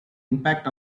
impact